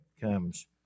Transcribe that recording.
comes